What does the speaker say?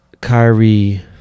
Kyrie